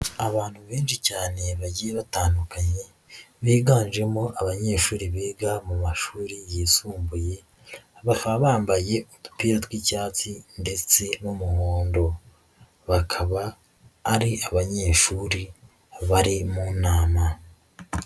Abantu benshi cyane bagiye batandukanye biganjemo abanyeshuri biga mu mashuri yisumbuye, bakaba bambaye udupira tw'icyatsi ndetse n'umuhondo, bakaba ari abanyeshuri bari mu nama.